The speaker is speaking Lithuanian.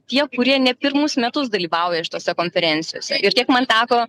tie kurie ne pirmus metus dalyvauja šitose konferencijose ir kiek man teko